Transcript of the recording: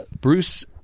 Bruce